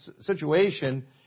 situation